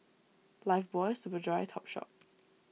Lifebuoy Superdry Topshop